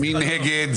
מי נגד?